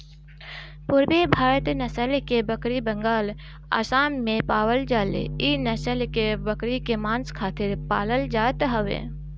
पुरबी भारत नसल के बकरी बंगाल, आसाम में पावल जाले इ नसल के बकरी के मांस खातिर पालल जात हवे